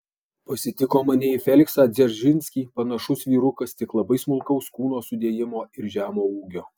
pasitiko mane į feliksą dzeržinskį panašus vyrukas tik labai smulkaus kūno sudėjimo ir žemo ūgio